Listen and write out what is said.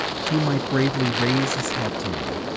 he might gravely raise his hat to me,